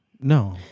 no